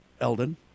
Eldon